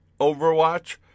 Overwatch